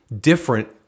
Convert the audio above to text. different